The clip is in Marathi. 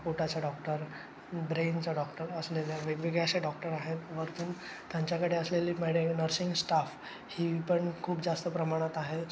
पोटाचा डॉक्टर ब्रेनचा डॉक्टर असलेल्या वेगवेगळे असे डॉक्टर आहेत वरतून त्यांच्याकडे असलेली मेडी नर्सिंग स्टाफ ही पण खूप जास्त प्रमाणात आहे